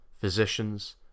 physicians